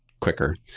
quicker